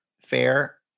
fair